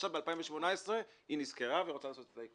ועכשיו ב-2018 היא נזכרה ורוצה לעשות את העיקול.